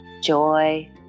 Joy